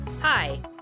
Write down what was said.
Hi